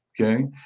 okay